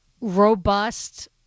robust